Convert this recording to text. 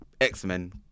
X-Men